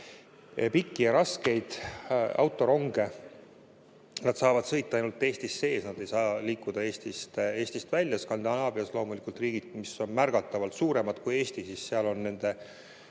pikad ja rasked autorongid saavad sõita ainult Eesti sees, nad ei saa liikuda Eestist välja. Skandinaavias loomulikult, kus riigid on märgatavalt suuremad kui Eesti, on nende